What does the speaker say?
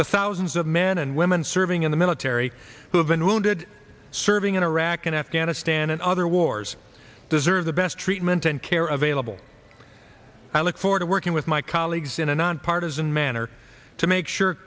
the thousands of men and women serving in the military who have been wounded serving in iraq and afghanistan and other wars deserve the best treatment and care available i look forward to working with my colleagues in a nonpartisan manner to make sure